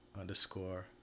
underscore